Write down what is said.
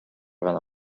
гана